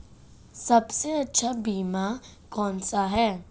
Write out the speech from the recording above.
सबसे अच्छा बीमा कौनसा है?